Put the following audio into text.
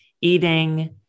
eating